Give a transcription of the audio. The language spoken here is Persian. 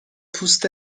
پوست